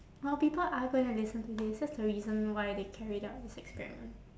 well people are going to listen to this that's the reason why they carried out this experiment